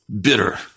bitter